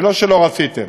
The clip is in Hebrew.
ולא שלא רציתם,